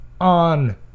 on